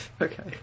okay